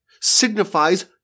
signifies